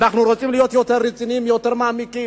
אנחנו רוצים להיות יותר רציניים, יותר מעמיקים.